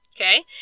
Okay